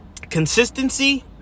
consistency